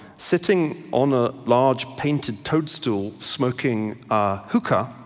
sitting on a large painted toadstool smoking a hookah,